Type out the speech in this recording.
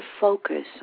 focus